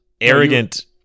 arrogant